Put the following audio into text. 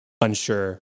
unsure